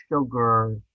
sugar